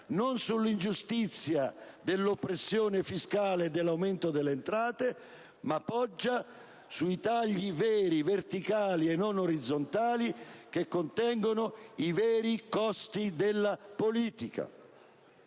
né sull'ingiustizia dell'oppressione fiscale e dell'aumento delle entrate, ma sui tagli veri, verticali e non orizzontali, che contengono i veri costi della politica.